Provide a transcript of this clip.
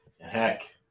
Heck